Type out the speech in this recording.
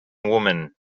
woman